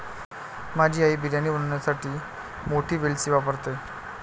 माझी आई बिर्याणी बनवण्यासाठी मोठी वेलची वापरते